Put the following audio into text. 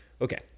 Okay